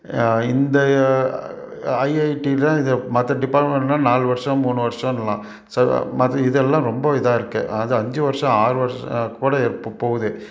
இந்த ஐஐடியில் இது மற்ற டிபார்ட்மெண்ட்டுன்னா நாலு வருஷம் மூணு வர்ஷன்னுலாம் சில மாதிரி இதெல்லாம் ரொம்ப இதாக இருக்குது அது அஞ்சு வருஷம் ஆறு வருஷம் கூட போகுது